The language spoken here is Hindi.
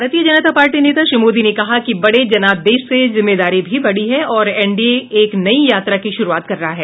भारतीय जनता पार्टी नेता श्री मोदी ने कहा कि बड़े जनादेश से जिम्मेदारी भी बढ़ी है और एन डी ए एक नई यात्रा की शुरूआत कर रहा है